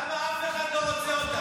למה אף אחד לא רוצה אותם?